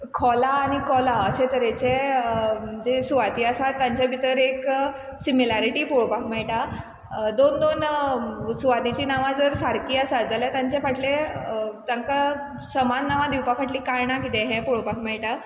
खोला आनी कोला अशे तरेचे जे सुवाती आसात तांचे भितर एक सिमिलॅरिटी पळोवपाक मेळटा दोन दोन सुवातेचीं नांवां जर सारकीं आसात जाल्यार तांचे फाटलें तांकां समान नांवां दिवपा फाटलीं कारणां किदें हें पळोवपाक मेळटा